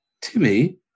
timmy